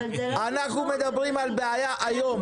אנחנו מדברים על בעיה היום.